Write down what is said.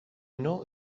know